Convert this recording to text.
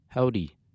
Howdy